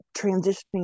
transitioning